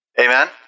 Amen